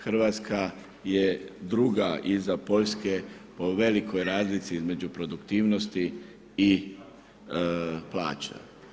Hrvatska je druga iza Poljske po velikoj razlici između produktivnosti i plaća.